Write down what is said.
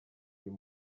uyu